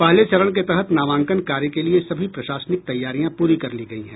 पहले चरण के तहत नामांकन कार्य के लिए सभी प्रशासनिक तैयारियां पूरी कर ली गयी हैं